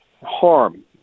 harm